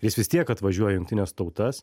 jis vis tiek atvažiuoja į jungtines tautas